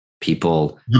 People